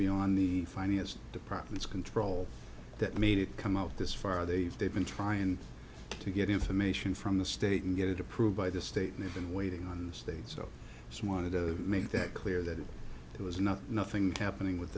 beyond the fine as departments control that made it come out this far they've they've been trying to get information from the state and get it approved by the state and they've been waiting on the state so some wanted to make that clear that it was not nothing happening with